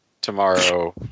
tomorrow